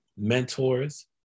mentors